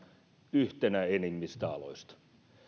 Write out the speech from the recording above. yhtenä enimmistä aloista